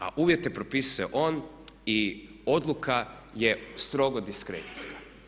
A uvjete propisuje on i odluka je strogo diskrecijska.